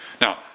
Now